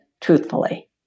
truthfully